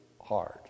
hard